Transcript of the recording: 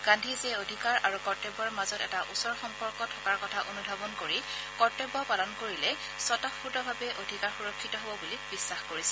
গান্ধীজীয়ে অধিকাৰ আৰু কৰ্তব্যৰ মাজত এটা ওচৰ সম্পৰ্ক থকাৰ কথা অনুধাৱন কৰি কৰ্তব্য পালন কৰিলে স্বতঃফৃতভাৱে অধিকাৰ সুৰক্ষিত হ'ব বুলি বিশ্বাস কৰিছিল